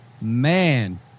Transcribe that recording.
man